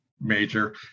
major